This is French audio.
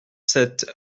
sept